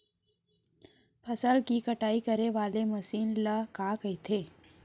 फसल की कटाई करे वाले मशीन ल का कइथे?